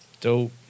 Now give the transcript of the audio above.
Dope